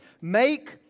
make